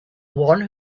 one